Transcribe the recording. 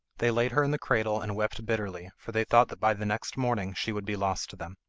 they laid her in the cradle and wept bitterly, for they thought that by the next morning she would be lost to them.